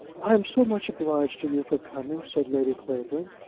i'm so much obliged to you for coming, said lady clavering.